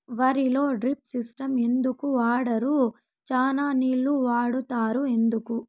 వరిలో drip system ఎందుకు వాడరు? చానా నీళ్లు వాడుతారు ఎందుకు?